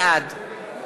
בעד